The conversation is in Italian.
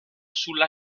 sulla